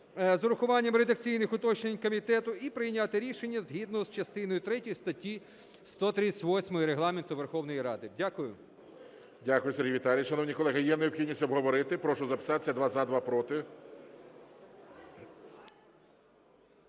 з урахуванням редакційних уточнень комітету і прийняти рішення згідно з частиною 3 статті 138 Регламенту Верховної Ради. Дякую. ГОЛОВУЮЧИЙ. Дякую, Сергій Віталійович. Шановні колеги, є необхідність обговорити? Прошу записатися: два – за, два – проти.